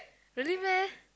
really meh